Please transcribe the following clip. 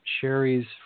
Sherry's